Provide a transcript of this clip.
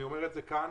אני אומר את זה כאן,